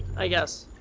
i guess.